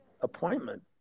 appointment